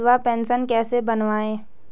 विधवा पेंशन कैसे बनवायें?